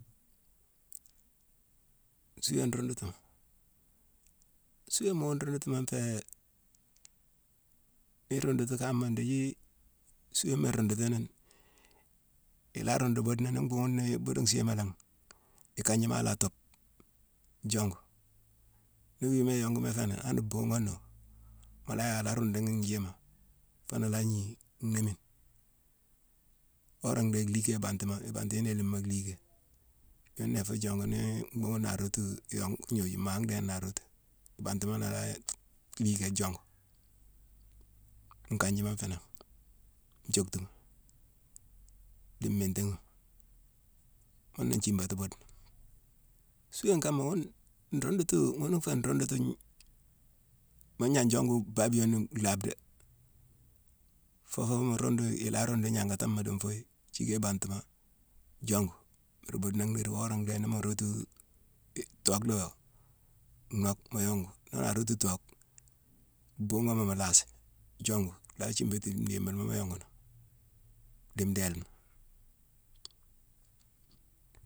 Suuwéne nruundutima, suuwéma wu nruundutima nféé: nii irundutu kaama ndéjii suuwéma irundutinini; i la rundu buudena, ni bhuughune ni buude nsiigima langhi, ikanjima a la teube jongu. Ni wiima iyonguma i fé ni, hani bhuughune noo, mu la yick a la rundughi njiima, foo nu la gnighi néimmine. Wora ndhéé lhiiké ibantima, ibantinélima lhiiké. Yuna ifu jongu nii mbhunghune na rootu iyongu-gnoju-mhaa ndéne na rootu. Ibantima la lhiiké jongu. Nkanjima nfé nangh, nthioctuma, dii mmintéghima; muna nthiibati buudena. Suuwéne kama, wune nrundutu, ghune nfé nrundutu-ngn-mu gnan jongu baabiyone nlhaabe dé. Foo mu rundu i la rundu gnankatamma di nfuye, thiické ibantima jongu, mbuuru buudena nnhéérine. Wora ndééne ni runtu-i-tokh la yoo, nock mu yongu. Ni naa rootu tokh, buugoma mu laasi jongu nlhaa thiibatine; ndiibilema mu yongu nangh, di ndéélema